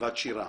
לכתיבת שירה.